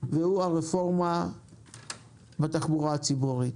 והוא הרפורמה בתחבורה הציבורית.